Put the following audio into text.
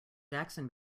jackson